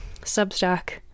substack